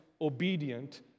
obedient